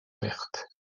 perte